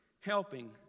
helping